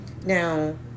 Now